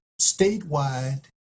statewide